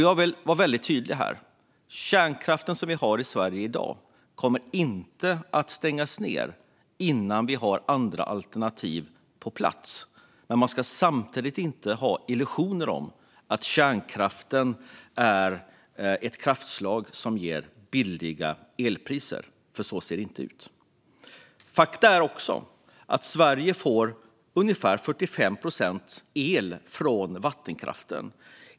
Jag vill vara tydlig här: Den kärnkraft vi har i Sverige i dag kommer inte att stängas ned innan vi har andra alternativ på plats, men man ska samtidigt inte ha några illusioner om att kärnkraften är ett kraftslag som ger låga elpriser. Så ser det nämligen inte ut. Det är också ett faktum att Sverige får ungefär 45 procent av sin el från vattenkraften.